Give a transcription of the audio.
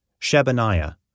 Shebaniah